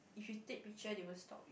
if you take picture they will stop